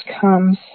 comes